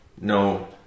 no